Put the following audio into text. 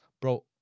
bro